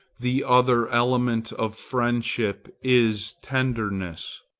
the other element of friendship is tenderness.